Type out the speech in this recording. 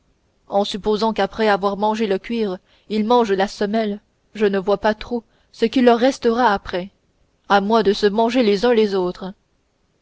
en supposant qu'après avoir mangé le cuir ils mangent la semelle je ne vois pas trop ce qui leur restera après à moins de se manger les uns les autres